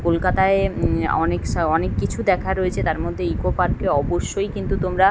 কলকাতায় অনেক সা অনেক কিছু দেখার রয়েছে তার মধ্যে ইকো পার্কে অবশ্যই কিন্তু তোমরা